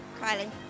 Kylie